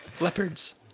leopards